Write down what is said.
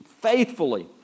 Faithfully